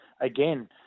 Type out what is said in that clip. Again